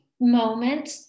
moment